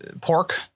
pork